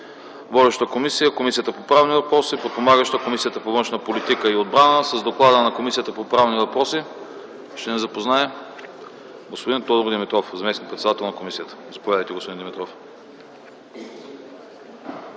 Водеща е Комисията по правни въпроси. Подпомагаща е Комисията по външна политика и отбрана. С доклада на Комисията по правни въпроси ще ни запознае господин Тодор Димитров – заместник-председател на комисията. Заповядайте, господин Димитров.